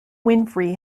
winfrey